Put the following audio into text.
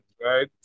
right